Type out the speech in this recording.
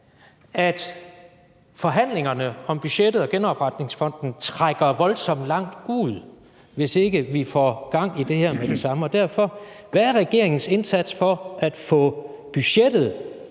at forhandlingerne om budgettet og genopretningsfonden trækker voldsomt langt ud, hvis ikke vi får gang i det her med det samme. Derfor vil jeg spørge: Hvad er regeringens indsats for at få budgettet